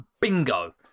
bingo